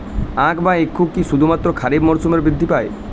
আখ বা ইক্ষু কি শুধুমাত্র খারিফ মরসুমেই বৃদ্ধি পায়?